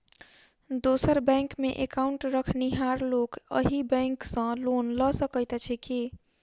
दोसर बैंकमे एकाउन्ट रखनिहार लोक अहि बैंक सँ लोन लऽ सकैत अछि की?